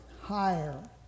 higher